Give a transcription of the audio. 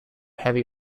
heavy